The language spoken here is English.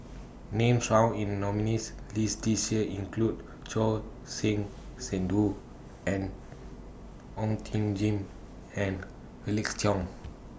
Names found in nominees' list This Year include Choor Singh Sidhu and Ong Tjoe Kim and Felix Cheong